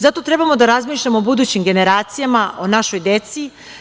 Zato trebamo da razmišljamo o budućim generacijama, o našoj deci.